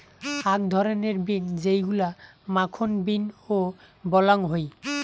আক ধরণের বিন যেইগুলা মাখন বিন ও বলাং হই